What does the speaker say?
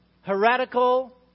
heretical